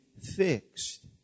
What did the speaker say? fixed